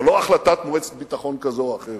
זו לא החלטת מועצת ביטחון כזאת או אחרת,